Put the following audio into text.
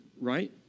right